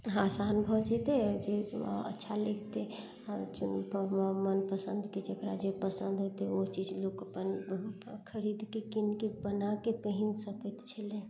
आसान भऽ जेतय आओर जे अच्छा लगतइ आओर मनपसन्दके जेकरा जे पसन्द होतय ओ चीज लोक अपन खरीदके कीनके बनाके पहिन सकैत छलै